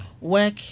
Work